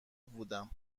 بودم